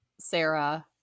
sarah